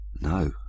No